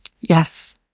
yes